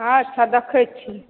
अच्छा देखै छियै